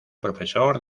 profesor